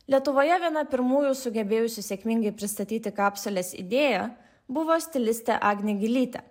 lietuvoje viena pirmųjų sugebėjusi sėkmingai pristatyti kapsulės idėja buvo stilistė agnė gilytė